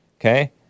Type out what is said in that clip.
Okay